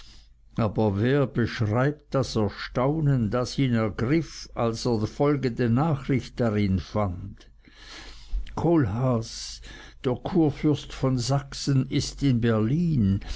aber wer beschreibt das erstaunen das ihn ergriff als er folgende nachricht darin fand kohlhaas der kurfürst von sachsen ist in berlin